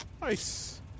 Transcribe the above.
Nice